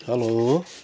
hello